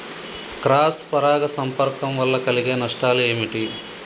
Cross పరాగ సంపర్కం వల్ల కలిగే నష్టాలు ఏమిటి?